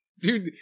Dude